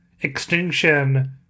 extinction